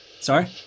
Sorry